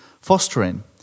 fostering